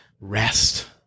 rest